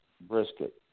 brisket